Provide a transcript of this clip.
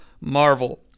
Marvel